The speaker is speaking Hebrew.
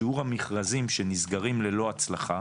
שיעור המכרזים שנסגרים ללא הצלחה,